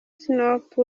snoop